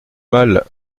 mal